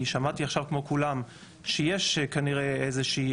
אני שמעתי עכשיו כמו כולם שיש כנראה איזושהי